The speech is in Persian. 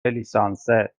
لیسانسه